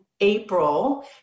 April